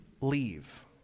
leave